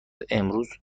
امروز